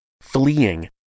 fleeing